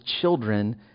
children